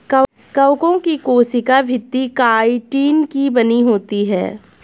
कवकों की कोशिका भित्ति काइटिन की बनी होती है